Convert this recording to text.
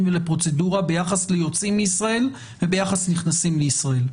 ולפרוצדורה ביחס ליוצאים מישראל וביחס לנכנסים לישראל,